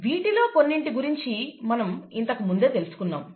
వీటిలో కొన్నింటి గురించి మనం ఇంతకు ముందే తెలుసుకున్నాము